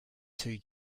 two